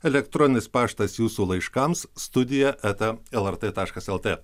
elektronins paštas jūsų laiškams studija eta lrt taškas lt